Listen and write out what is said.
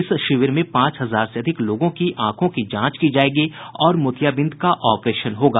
इस शिविर में पांच हजार से अधिक लोगों की आंखों की जांच की जायेगी और मोतियाबिंद का ऑपरेशन होगा